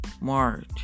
March